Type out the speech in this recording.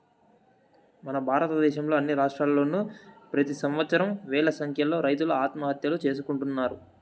మన భారతదేశంలో అన్ని రాష్ట్రాల్లోనూ ప్రెతి సంవత్సరం వేల సంఖ్యలో రైతులు ఆత్మహత్యలు చేసుకుంటున్నారు